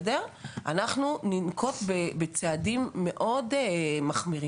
אנחנו ננקוט בצעדים מאוד מחמירים.